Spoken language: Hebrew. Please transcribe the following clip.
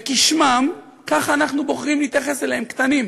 וכשמם, ככה אנחנו בוחרים להתייחס אליהם, קטנים.